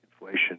inflation